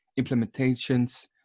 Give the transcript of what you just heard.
implementations